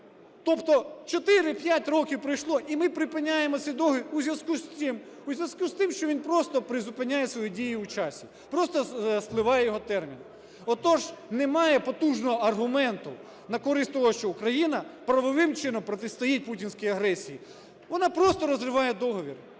Тобто 4-5 років пройшло - і ми припиняємо цей договір у зв'язку з тим, що він просто призупиняє свою дію у часі, просто спливає його термін. Отож, немає потужного аргументу на користь того, що Україна правовим чином протистоїть путінській агресії. Вона просто розриває договір,